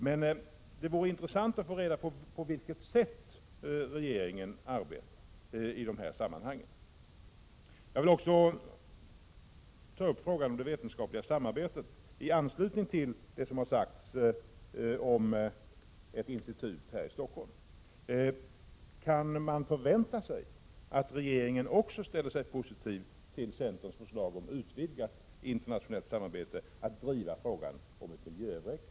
Men det vore intressant att få veta på vilket sätt regeringen arbetar i de här sammanhangen. Jag vill också ta upp frågan om det vetenskapliga samarbetet i anslutning till vad som har sagts om ett institut här i Stockholm. Kan man förvänta sig att regeringen också ställer sig positiv till centerns förslag om ett utvidgat internationellt samarbete, att man vill driva frågan om ett Miljö-Eureka?